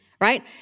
right